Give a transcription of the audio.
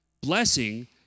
Blessing